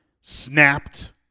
snapped